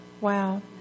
Wow